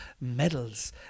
medals